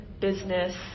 business